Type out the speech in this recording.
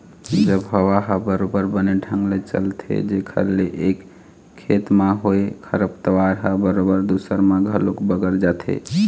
जब हवा ह बरोबर बने ढंग ले चलथे जेखर ले एक खेत म होय खरपतवार ह बरोबर दूसर म घलोक बगर जाथे